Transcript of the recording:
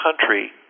country